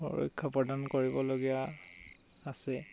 সুৰক্ষা প্ৰদান কৰিবলগীয়া আছে